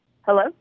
Hello